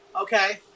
okay